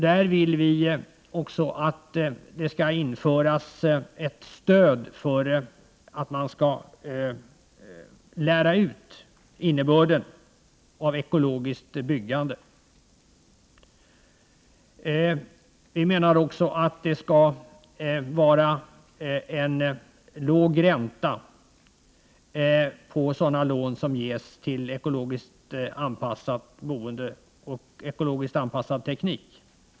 Där vill vi också att det skall införas ett stöd för att lära ut innebörden av ekologiskt byggande. Vi menar också att det skall vara en låg ränta på sådana lån som ges till ekologiskt anpassat boende och till ekologiskt anpassad teknik.